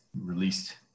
released